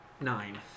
nine